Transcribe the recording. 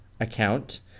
account